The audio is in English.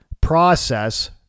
process